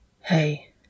Hey